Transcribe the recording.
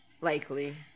Likely